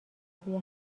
توی